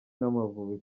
n’amavubi